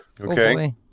Okay